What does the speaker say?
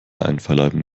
einverleiben